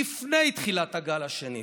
לפני תחילת הגל השני,